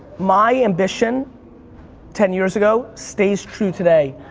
my ambition ten years ago stays true today,